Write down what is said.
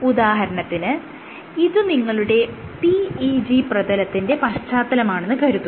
ഉദാഹരണത്തിന് ഇത് നിങ്ങളുടെ PEG പ്രതലത്തിന്റെ പശ്ചാത്തലമാണെന്ന് കരുതുക